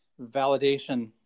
validation